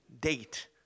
date